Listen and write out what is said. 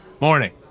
Morning